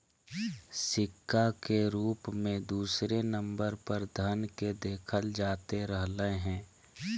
सिक्का के रूप मे दूसरे नम्बर पर धन के देखल जाते रहलय हें